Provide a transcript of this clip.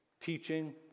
teaching